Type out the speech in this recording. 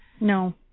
No